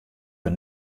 der